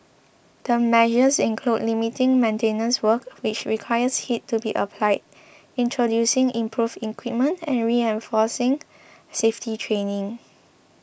the measures include limiting maintenance work which requires heat to be applied introducing improved equipment and reinforcing safety training